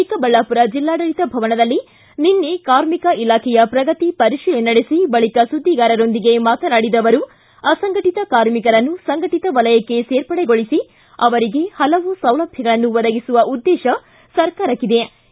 ಚಿಕ್ಕಬಳ್ಳಾಪುರ ಜಿಲ್ಲಾಡಳಿತ ಭವನದಲ್ಲಿ ನಿನ್ನೆ ಕಾರ್ಮಿಕ ಇಲಾಖೆಯ ಪ್ರಗತಿ ಪರಿತೀಲನೆ ನಡೆಸಿ ಬಳಕ ಸುದ್ದಿಗಾರರೊಂದಿಗೆ ಮಾತನಾಡಿದ ಅವರು ಅಸಂಘಟತ ಕಾರ್ಮಿಕರನ್ನು ಸಂಘಟತ ವಲಯಕ್ಕೆ ಸೇರ್ಪಡೆಗೊಳಿಸಿ ಅವರಿಗೆ ಹಲವು ಸೌಲಭ್ವಗಳನ್ನು ಒದಗಿಸುವ ಉದ್ದೇಶ ಸರ್ಕಾರಕ್ಷೆ ಇದೆ